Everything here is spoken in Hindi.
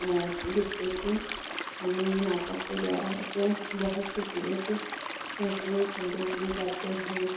और जिससे कि हमें नाटक के द्वारा ऐसे बहुत सी चीज़ों के से के संदेश दिए जाते हैं